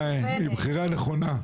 אין יותר פואנטה מזה.